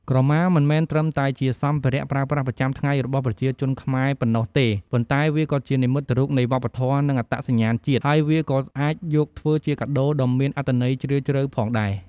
ក្រមា មិនមែនត្រឹមតែជាសម្ភារៈប្រើប្រាស់ប្រចាំថ្ងៃរបស់ប្រជាជនខ្មែរប៉ុណ្ណោះទេ ប៉ុន្តែវាក៏ជា និមិត្តរូបនៃវប្បធម៌ និងអត្តសញ្ញាណជាតិ ហើយវាក៏អាចយកធ្វើជាកាដូដ៏មានអត្ថន័យជ្រាលជ្រៅផងដែរ។